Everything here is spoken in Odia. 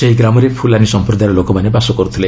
ସେହି ଗ୍ରାମରେ ଫୁଲାନି ସଂପ୍ରଦାୟର ଲୋକମାନେ ବାସ କରୁଥିଲେ